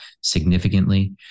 significantly